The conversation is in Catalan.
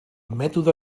mètode